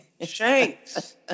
shanks